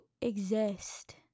exist